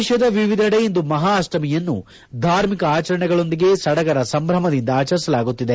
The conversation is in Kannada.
ದೇಶದ ವಿವಿಧೆಡೆ ಇಂದು ಮಹಾ ಅಷ್ಷಮಿಯನ್ನು ಧಾರ್ಮಿಕ ಆಚರಣೆಗಳೊಂದಿಗೆ ಸಡಗರ ಸಂಭ್ರಮದಿಂದ ಆಚರಿಸಲಾಗುತ್ತಿದೆ